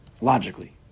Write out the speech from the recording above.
logically